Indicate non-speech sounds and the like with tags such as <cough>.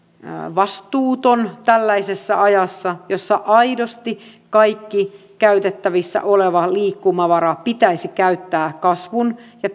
vastuuton tällaisessa ajassa jossa aidosti kaikki käytettävissä oleva liikkumavara pitäisi käyttää kasvun ja <unintelligible>